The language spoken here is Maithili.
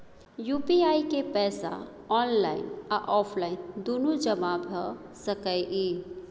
यु.पी.आई के पैसा ऑनलाइन आ ऑफलाइन दुनू जमा भ सकै इ?